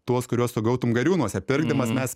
tuos kuriuos tu gautum gariūnuose pirkdamas mes